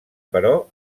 però